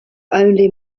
only